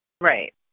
right